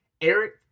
Eric